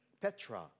Petra